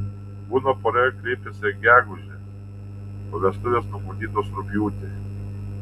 būna pora kreipiasi gegužę o vestuvės numatytos rugpjūtį